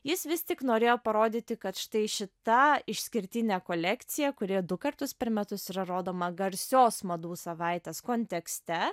jis vis tik norėjo parodyti kad štai šita išskirtinė kolekcija kuri du kartus per metus yra rodoma garsios madų savaitės kontekste